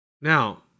Now